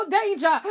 danger